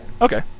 Okay